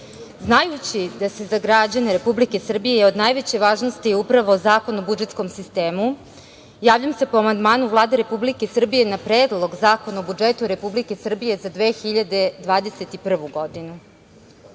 Borčana. Znajući da je za građane Republike Srbije od najveće važnosti upravo Zakon o budžetskom sistemu, javljam se po amandmanu Vlade Republike Srbije na Predlog zakona o budžetu Republike Srbije za 2021. godinu.